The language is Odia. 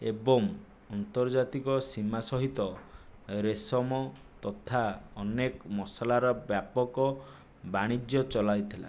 ଏବଂ ଅନ୍ତର୍ଜାତିକ ସୀମା ସହିତ ରେଶମ ତଥା ଅନେକ ମସଲାର ବ୍ୟାପକ ବାଣିଜ୍ୟ ଚଲାଇଥିଲା